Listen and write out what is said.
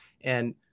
and-